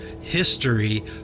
history